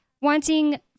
wanting